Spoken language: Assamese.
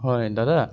হয় দাদা